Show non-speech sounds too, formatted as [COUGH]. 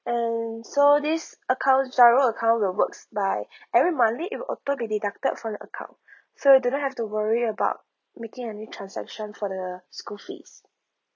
and so this account GIRO account will works by [BREATH] every monthly it will be deducted from your account so you do not have to worry about making a new transaction for the school fees